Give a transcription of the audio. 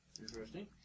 Interesting